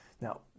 Now